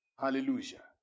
Hallelujah